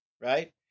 right